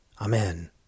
Amen